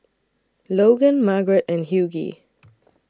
Logan Margarette and Hughey